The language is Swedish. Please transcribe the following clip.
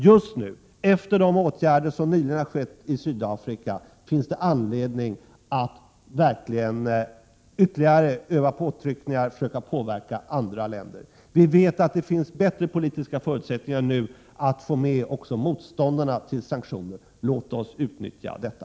Just nu, efter de åtgärder som nyligen vidtagits i Sydafrika, finns det anledning att verkligen öva ytterligare påtryckningar och försöka påverka andra länder. Vi vet att det nu finns bättre politiska förutsättningar för att få med också motståndarna till sanktioner. Låt oss utnyttja detta!